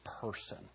person